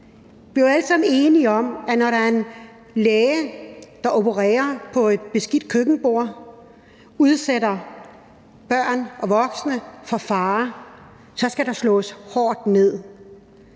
Vi var alle sammen enige om, at når der er en læge, der opererer på et beskidt køkkenbord, udsætter børn og voksne for fare, så skal der slås hårdt ned.